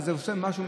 זה עושה משהו,